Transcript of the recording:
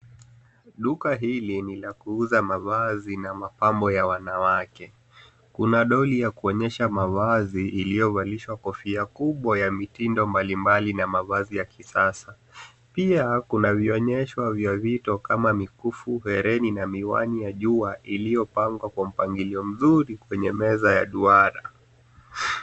Duka hili ni la kuhuza mavazi na mapambo ya wanawake , kuna doli ya kuonyesha mavazi iliyovalishwa kofia kubwa ya mitindo mbali mbali na mavazi ya kisasa pia kuna vionyesho vya mito kama mikufu, hereni na miwani ya jua iliyopagwa kwa mpangilio mzuri kwenye meza ya duara.